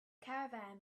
caravan